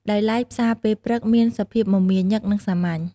ដោយឡែកផ្សារពេលព្រឹកមានសភាពមមាញឹក និងសាមញ្ញ។